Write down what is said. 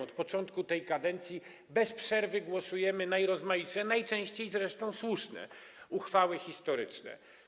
Od początku tej kadencji bez przerwy głosujemy nad najrozmaitszymi, najczęściej zresztą słusznymi, uchwałami historycznymi.